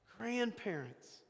grandparents